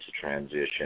transition